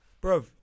bro